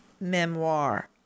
memoir